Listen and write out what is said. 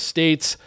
State's